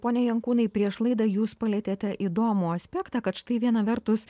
pone jankūnai prieš laidą jūs palietėte įdomų aspektą kad štai viena vertus